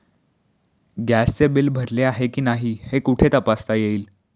गॅसचे बिल भरले आहे की नाही हे कुठे तपासता येईल?